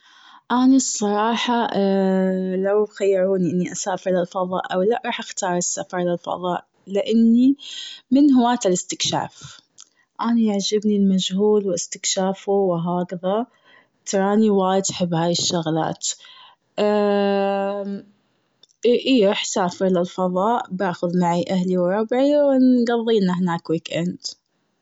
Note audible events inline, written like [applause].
أني الصراحة [hesitation] لو خيروني اسافر الفضاء أو لا رح اختار الفضاء لإني من هواة الاستكشاف. أنا يعجبني المجهول و استكشافه و هكذا. تراني وايد أحب هاي الشغلات. [hesitation] اي- اي رح اسافر للفضاء بأخذ معي أهلي وربعي ونقضيها هناك week-end.